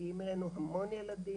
מגיעים אלינו המון ילדים,